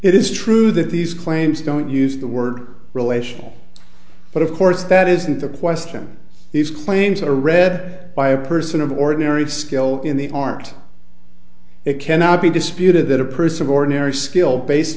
it is true that these claims don't use the word relational but of course that isn't the question these claims are read by a person of ordinary skill in the art it cannot be disputed that a person ordinary skill based